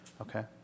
okay